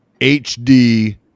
HD